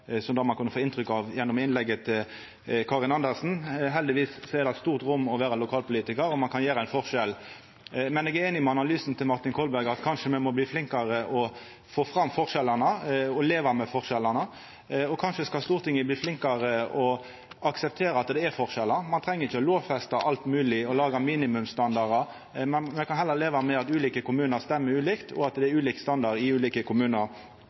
som det ein kunne få inntrykk av gjennom innlegget til Karin Andersen. Heldigvis er det eit stort handlingsrom for ein lokalpolitikar, og ein kan gjera ein forskjell. Men eg er einig i analysen til Martin Kolberg, at me kanskje må bli flinkare til å få fram forskjellane, og leva med forskjellane, og kanskje skal Stortinget bli flinkare til å akseptera at det er forskjellar. Me treng ikkje å lovfesta alt mogleg og laga minimumsstandardar. Me kan heller leva med at ulike kommunar stemmer ulikt, og at det er ulik standard i ulike kommunar.